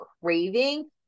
craving